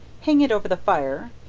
hang it over the fire,